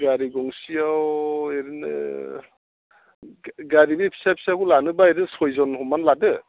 गारि गंसेयाव एरैनो गारि बे फिसा फिसाखौ लानोबा ओरैनो सयजन हमनानै लादो